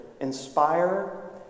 inspire